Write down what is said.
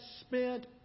spent